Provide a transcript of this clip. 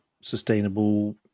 sustainable